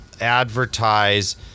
advertise